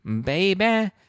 baby